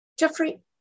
Jeffrey